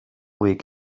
week